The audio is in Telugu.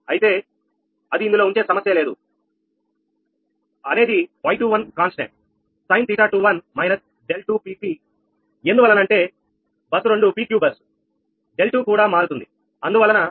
అయితే అది ఇందులో ఉంచే సమస్య లేదు అనేది Y21 కాన్స్ టెంట్ sin𝜃21−𝛿2𝑝𝑝 ఎందువలన అంటే బస్సు 2 పి క్యూ బస్సు 𝛿2 కూడా మారుతుంది అందువలన అది p